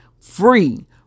free